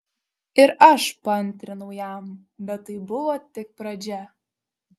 ir aš paantrinau jam bet tai buvo tik pradžia